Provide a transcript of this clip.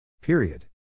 Period